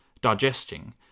digesting